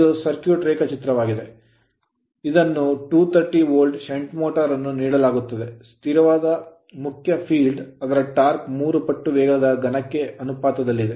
ಇದು ಸರ್ಕ್ಯೂಟ್ ರೇಖಾಚಿತ್ರವಾಗಿದೆ ಮತ್ತು ಇದನ್ನು 230 volt shunt motor shunt motor ಅನ್ನು ನೀಡಲಾಗುತ್ತದೆ ಸ್ಥಿರವಾದ ಮುಖ್ಯ field ಕ್ಷೇತ್ರವು ಅದರ ಟಾರ್ಕ್ ಮೂರು ಪಟ್ಟು ವೇಗದ ಘನಕ್ಕೆ ಅನುಪಾತದಲ್ಲಿದೆ